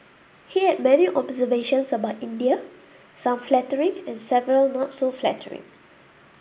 he had many observations about India some flattering and several not so flattering